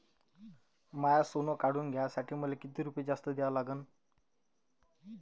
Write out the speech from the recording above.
माय सोनं काढून घ्यासाठी मले कितीक रुपये जास्त द्या लागन?